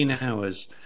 hours